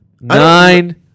Nine